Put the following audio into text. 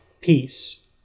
peace